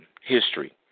history